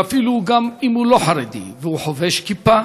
ואפילו אם הוא לא חרדי והוא חובש כיפה